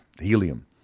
helium